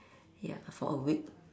ya for a week